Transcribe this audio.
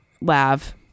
lav